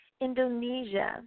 Indonesia